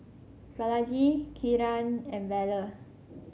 Balaji Kiran and Bellur